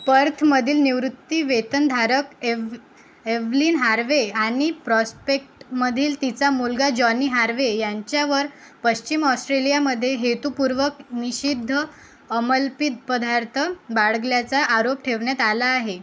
पर्थमधील निवृत्ती वेतनधारक एव एव्हलिन हार्वे आणि प्रॉस्पेक्टमधील तिचा मुलगा जॉनी हार्वे यांच्यावर पश्चिम ऑस्ट्रेलियामध्ये हेतुपूर्वक निषिद्ध अमली पदार्थ बाळगल्याचा आरोप ठेवण्यात आला आहे